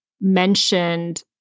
mentioned